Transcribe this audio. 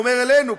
זה אומר אלינו,